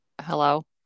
hello